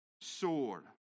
sword